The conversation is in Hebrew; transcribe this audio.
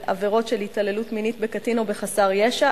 עבירת מין: עבירות של התעללות מינית בקטין או בחסר ישע,